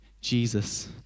Jesus